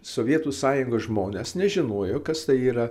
sovietų sąjungos žmonės nežinojo kas tai yra